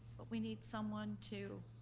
but we need someone to